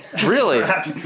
really? we're happy,